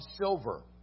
silver